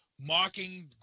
mocking